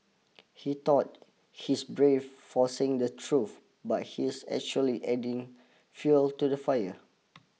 he thought he's brave for saying the truth but he's actually adding fuel to the fire